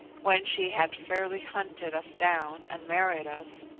when she had fairly hunted us down and married us,